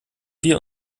wir